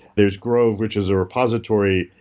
there's grove which is a repository.